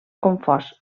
confós